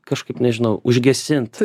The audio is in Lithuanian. kažkaip nežinau užgesint